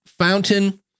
Fountain